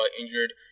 injured